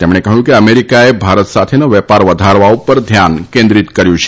તેમણે કહ્યું કે અમેરિકાએ ભારત સાથેનો વેપાર વધારવા ઉપર ધ્યાન કેન્દ્રીત કર્યું છે